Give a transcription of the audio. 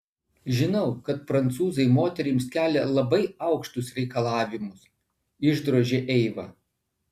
žinau kad prancūzai moterims kelia labai aukštus reikalavimus išdrožė eiva